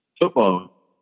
football